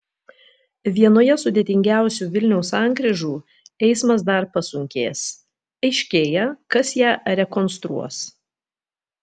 vienoje sudėtingiausių vilniaus sankryžų eismas dar pasunkės aiškėja kas ją rekonstruos